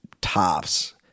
tops